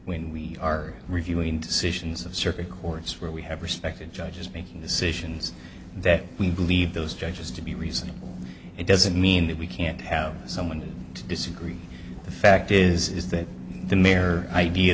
when we are reviewing decisions of circuit courts where we have respected judges making decisions that we believe those judges to be reasonable it doesn't mean that we can't have someone to disagree the fact is is that the mayor idea